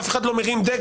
אף אחד לא מרים דגל.